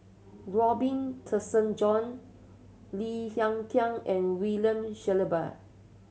Robin Tessensohn Lim Hng Kiang and William Shellabear